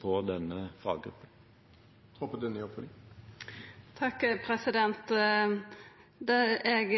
på denne faggruppen. Det eg